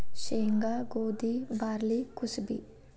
ಸೇಂಗಾ, ಗೋದಿ, ಬಾರ್ಲಿ ಕುಸಿಬಿ